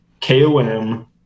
KOM